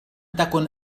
تكن